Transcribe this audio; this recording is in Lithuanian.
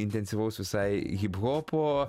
intensyvaus visai hiphopo